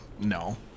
No